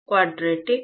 quadratic